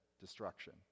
destruction